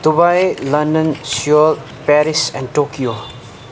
Dubai London Seoul Paris and Tokyo